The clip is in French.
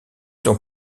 sont